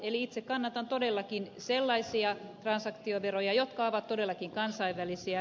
eli itse kannatan todellakin sellaisia transaktioveroja jotka ovat todellakin kansainvälisiä